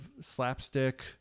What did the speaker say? slapstick